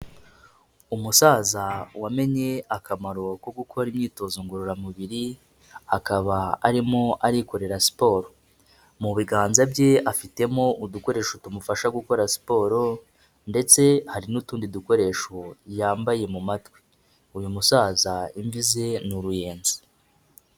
Umusaza wamenye akamaro ko gukora imyitozo ngororamubiri, akaba arimo arikorera siporo, mu biganza bye afitemo udukoresho tumufasha gukora siporo, ndetse hari n'utundi dukoresho yambaye mu matwi, uyu musaza imvi ze ni uruyenzi.